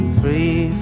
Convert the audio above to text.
free